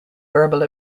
verbal